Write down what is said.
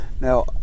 Now